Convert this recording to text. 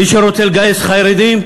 מי שרוצה לגייס חרדים,